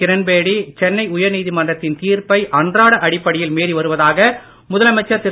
கிரண்பேடி சென்னை உயர் நீதிமன்றத்தின் தீர்ப்பை அன்றாட அடிப்பைடையில் மீறி வருவதாக முதலமைச்சர் திரு